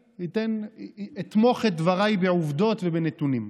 אתמוך את דבריי בעובדות ובנתונים.